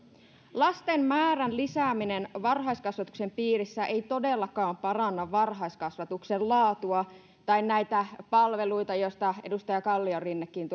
lasten määrän lisääminen varhaiskasvatuksen piirissä ei todellakaan paranna varhaiskasvatuksen laatua tai näitä palveluita joista edustaja kalliorinnekin